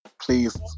please